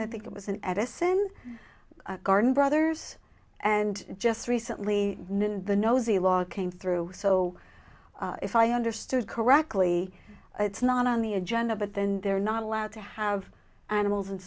i think it was an edison garden brothers and just recently the nosy log came through so if i understood correctly it's not on the agenda but then they're not allowed to have animals and